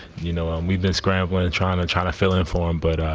you know um we describe what and china china fill in in for him, but